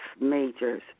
Majors